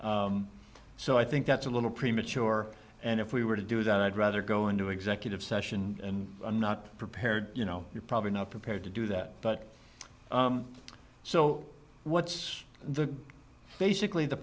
so i think that's a little premature and if we were to do that i'd rather go into executive session and i'm not prepared you know you're probably not prepared to do that but so what's the basically the